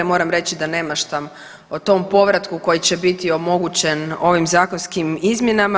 Moram reći da ne maštam o tom povratku koji će biti omogućen ovim zakonskim izmjenama.